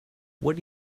what